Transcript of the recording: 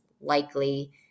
likely